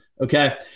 Okay